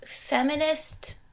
feminist